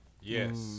Yes